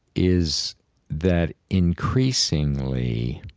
is that increasingly